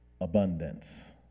abundance